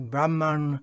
Brahman